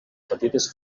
petites